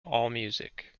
allmusic